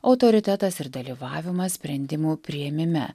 autoritetas ir dalyvavimas sprendimų priėmime